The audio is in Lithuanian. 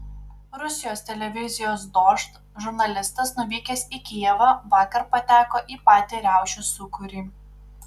rusijos televizijos dožd žurnalistas nuvykęs į kijevą vakar pateko į patį riaušių sūkurį